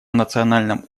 национальном